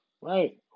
Right